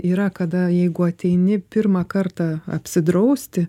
yra kada jeigu ateini pirmą kartą apsidrausti